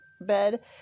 bed